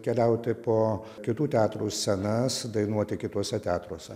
keliauti po kitų teatrų scenas dainuoti kituose teatruose